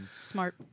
smart